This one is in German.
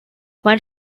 mein